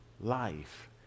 life